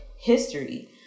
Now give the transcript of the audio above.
history